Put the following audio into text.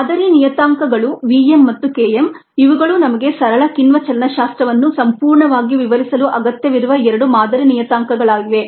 ಮಾದರಿ ನಿಯತಾಂಕಗಳು vm ಮತ್ತು K m ಇವುಗಳು ನಮಗೆ ಸರಳ ಕಿಣ್ವ ಚಲನಶಾಸ್ತ್ರವನ್ನು ಸಂಪೂರ್ಣವಾಗಿ ವಿವರಿಸಲು ಅಗತ್ಯವಿರುವ ಎರಡು ಮಾದರಿ ನಿಯತಾಂಕಗಳಾಗಿವೆ